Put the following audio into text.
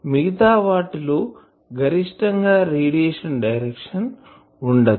మిగతా వాటిలో గరిష్టం గా రేడియేషన్ డైరెక్షన్ ఉండదు